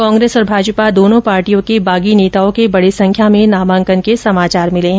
कांग्रेस और भाजपा दोनों पार्टियों के बागी नेताओं के बड़ी संख्या में नामांकन के समाचार मिले हैं